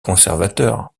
conservateurs